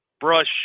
brush